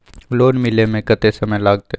Loan मिले में कत्ते समय लागते?